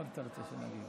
אתמול היה יום